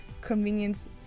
convenience